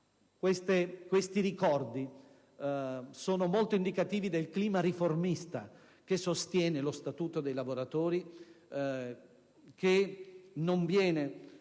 Questi ricordi sono molto indicativi del clima riformista che sostiene lo Statuto dei lavoratori, che non viene